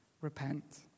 repent